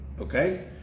okay